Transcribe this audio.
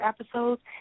episodes